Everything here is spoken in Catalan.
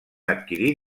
adquirir